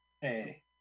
hey